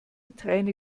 träne